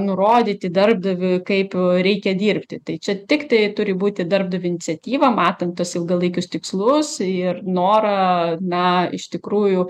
nurodyti darbdaviui kaip reikia dirbti tai čia tiktai turi būti darbdavio iniciatyva matant tuos ilgalaikius tikslus ir norą na iš tikrųjų